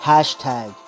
Hashtag